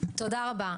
תודה רבה.